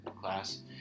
class